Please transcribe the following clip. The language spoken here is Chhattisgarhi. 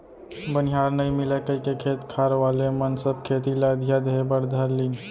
बनिहार नइ मिलय कइके खेत खार वाले मन सब खेती ल अधिया देहे बर धर लिन